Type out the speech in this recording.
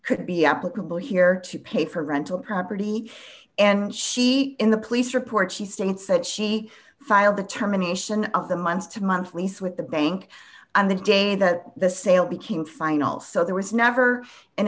could be applicable here to pay for rental property and she in the police report she states that she filed the terminations of the month to month lease with the bank on the day that the sale became final so there was never an